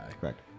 Correct